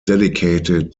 dedicated